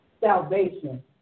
salvation